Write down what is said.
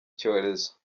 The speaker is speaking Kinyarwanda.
cyorezo